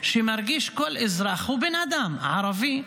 שמרגיש כל אזרח ערבי או בן אדם ערבי,